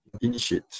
initiate